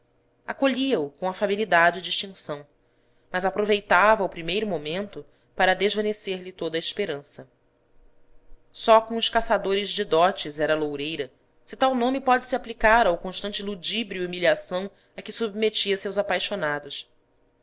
acolhia o com afabilidade e distinção mas aproveitava o primeiro momento para desvanecer lhe toda a esperança só com os caçadores de dotes era loureira se tal nome pode-se aplicar ao constante ludíbrio e humilhação a que submetia seus apaixonados